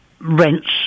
rents